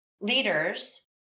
leaders